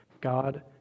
God